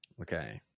Okay